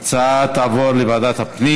ההצעה תעבור לוועדת הפנים.